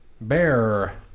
Bear